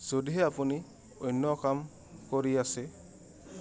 যদিহে আপুনি অন্য কাম কৰি আছে